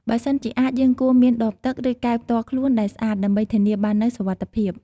បើសិនជាអាចយើងគួរមានដបទឹក ឬកែវផ្ទាល់ខ្លួនដែលស្អាតដើម្បីធានាបាននូវសុវត្ថិភាព។